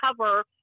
cover